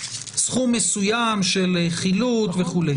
סכום מסוים של חילוט וכו'.